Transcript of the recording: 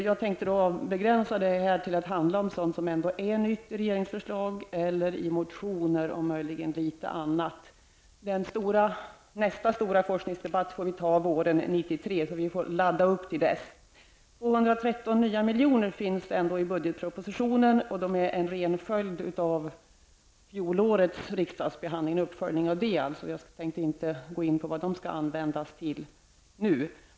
Jag tänkte begränsa mitt inlägg till att handla om sådant som ändå är nytt i regeringsförslag eller i motioner och möjligen litet annat. Nästa stora forskningsdebatt får vi ta våren 1993, så vi får ladda upp till dess. 213 nya miljoner finns ändå i budgetpropositionen, och de är en ren uppföljning av fjolårets riksdagsbehandling. Jag tänkte inte nu gå in på vad de skall användas till.